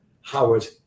Howard